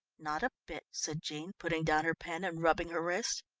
not a bit, said jean, putting down her pen and rubbing her wrist.